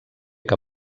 que